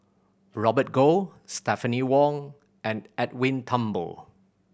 Robert Goh Stephanie Wong and Edwin Thumboo